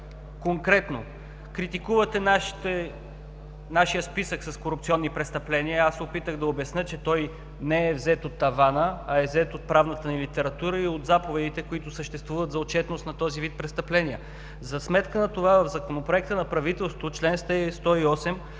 конкретно. Критикувате нашия списък с корупционни престъпления. Аз се опитах да обясня, че той не е взет от тавана, а е взет от правната ни литература и от заповедите, които съществуват за отчетност на този вид престъпления. За сметка на това в Законопроекта на правителството – чл. 108,